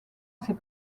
ses